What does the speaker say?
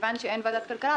מכיוון שאין ועדת כלכלה,